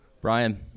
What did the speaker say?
Brian